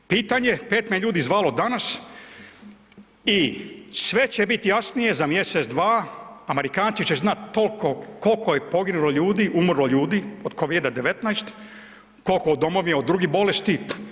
Pitanje, 5 me ljudi zvalo danas i sve će biti jasnije za mjesec, dva, Amerikanci će znati koliko je poginulo ljudi, umrlo ljudi od Covida-19, koliko od …/nerazumljivo/… od drugih bolesti.